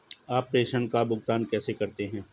आप प्रेषण का भुगतान कैसे करते हैं?